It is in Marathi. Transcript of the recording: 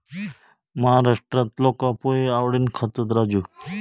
महाराष्ट्रात लोका पोहे आवडीन खातत, राजू